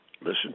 Listen